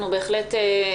אנחנו בהחלט נסייע.